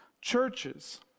churches